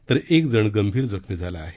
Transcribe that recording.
तर एकजण गंभीर जखमी झाला आहे